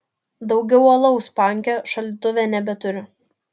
daugiau alaus panke šaldytuve nebeturiu